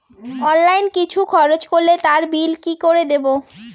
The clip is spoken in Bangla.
অনলাইন কিছু খরচ করলে তার বিল কি করে দেবো?